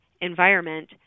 environment